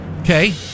okay